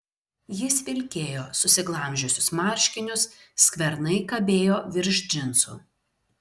jis vilkėjo susiglamžiusius marškinius skvernai kabėjo virš džinsų